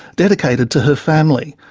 dedicated to her family.